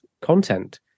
content